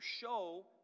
show